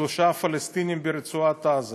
שלושה פלסטינים ברצועת עזה